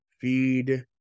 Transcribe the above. Feed